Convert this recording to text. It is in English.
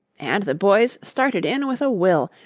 and the boys started in with a will,